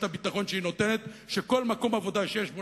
הביטחון שהיא נותנת שכל מקום עבודה שיש בו,